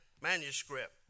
manuscript